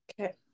Okay